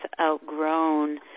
outgrown